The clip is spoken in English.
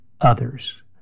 others